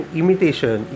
imitation